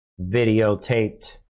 videotaped